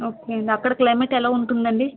okay అక్కడ climate ఎలా ఉంటుందండి